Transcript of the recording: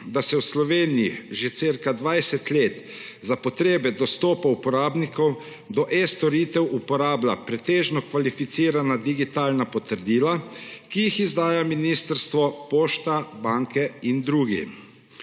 da se v Sloveniji že cirka 20 let za potrebe dostopov uporabnikov do e-storitev uporablja pretežno kvalificirana digitalna potrdila, ki jih izdajajo ministrstvo, Pošta, banke in drugi.